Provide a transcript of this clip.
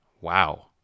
wow